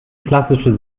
klassische